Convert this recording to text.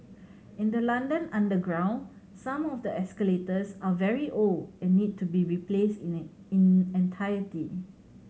in the London underground some of the escalators are very old and need to be replaced in it in entirety